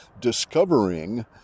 discovering